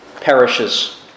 perishes